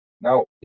Now